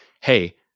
hey